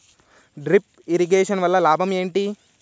Drip irrigation వల్ల లాభం ఏంటి?